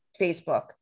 Facebook